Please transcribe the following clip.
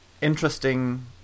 interesting